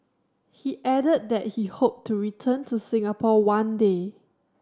he added that he hoped to return to Singapore one day